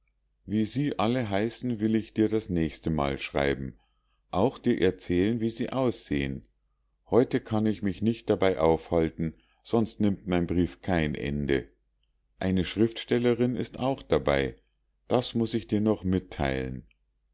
wie sie alle heißen will ich dir das nächstemal schreiben auch dir erzählen wie sie aussehen heute kann ich mich nicht dabei aufhalten sonst nimmt mein brief kein ende eine schriftstellerin ist auch dabei das muß ich dir noch mitteilen